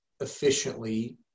efficiently